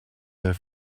their